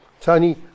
Tony